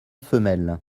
femelle